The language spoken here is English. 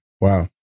Wow